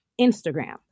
Instagram